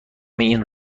این